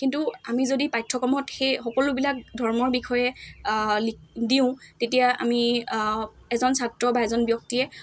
কিন্তু আমি যদি পাঠ্যক্ৰমত সেই সকলোবিলাক ধৰ্মৰ বিষয়ে লি দিওঁ তেতিয়া আমি এজন ছাত্ৰ বা এজন ব্যক্তিয়ে